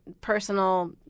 personal